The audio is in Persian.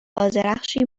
آذرخشی